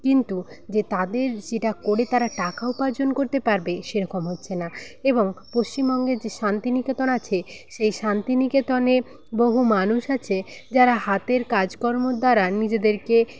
কিন্তু যে তাদের যেটা করে তারা টাকা উপার্জন করতে পারবে সেরকম হচ্ছে না এবং পশ্চিমবঙ্গের যে শান্তিনিকেতন আছে সেই শান্তিনিকেতনে বহু মানুষ আছে যারা হাতের কাজকর্মর দ্বারা নিজেদেরকে